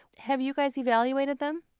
have you guys evaluated them?